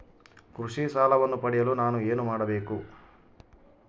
ಕೃಷಿ ಸಾಲವನ್ನು ಪಡೆಯಲು ನಾನು ಏನು ಮಾಡಬೇಕು?